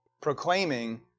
proclaiming